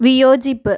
വിയോജിപ്പ്